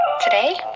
Today